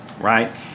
right